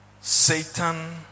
Satan